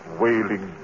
wailing